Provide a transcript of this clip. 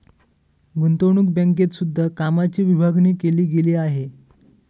गुतंवणूक बँकेत सुद्धा कामाची विभागणी केली गेली आहे